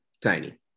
tiny